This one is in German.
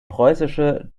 preußische